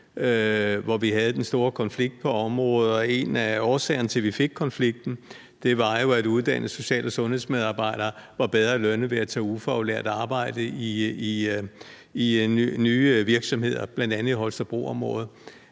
hvor vi havde den store konflikt på området. Og en af årsagerne til, at vi fik konflikten, var jo, at uddannede social- og sundhedsmedarbejdere var bedre lønnet ved at tage ufaglært arbejde i nye virksomheder, bl.a. i Holstebroområdet.